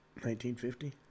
1950